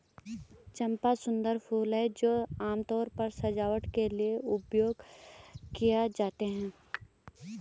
चंपा सुंदर फूल हैं जो आमतौर पर सजावट के लिए उपयोग किए जाते हैं